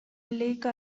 lake